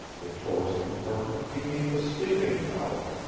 the tourist compartments became the sleeping tower,